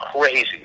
crazy